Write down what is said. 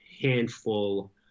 handful